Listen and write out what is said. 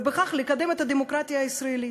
ובכך לקדם את הדמוקרטיה הישראלית.